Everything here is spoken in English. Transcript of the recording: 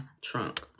trunk